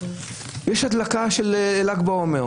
יש הדלקה של ל"ג בעומר